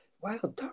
wow